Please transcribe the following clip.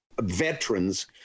veterans